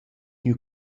gnü